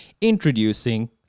Introducing